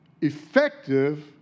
effective